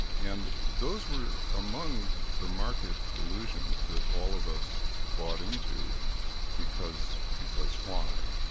and those were among the market illusions that all of us bought into because because why?